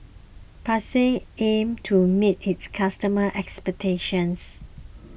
Pansy aim to meet its customer expectations